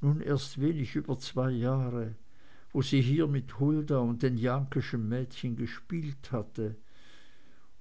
nun erst wenig über zwei jahre wo sie hier mit hulda und den jahnkeschen mädchen gespielt hatte